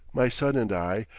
my son and i,